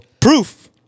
Proof